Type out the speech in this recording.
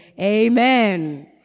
amen